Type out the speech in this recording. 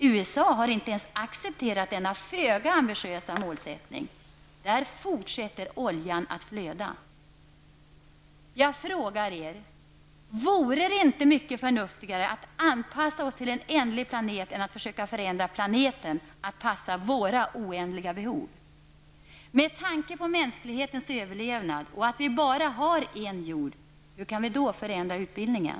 USA har inte ens accepterat denna föga ambitiösa målsättning. Där fortsätter oljan att flöda!'' Jag frågar er: Vore det inte mycket förnuftigare att vi anpassar oss till en ändlig planet än att vi försöker förändra planeten att passa våra oändliga behov? Med tanke på mänsklighetens överlevnad och att vi bara har en jord, hur kan vi då förändra utbildningen?